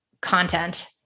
content